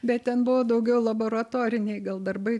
bet ten buvo daugiau laboratoriniai gal darbai